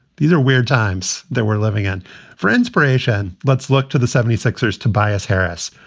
these are weird times that we're living on for inspiration. let's look to the seventy six ers tobias harris,